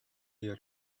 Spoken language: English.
your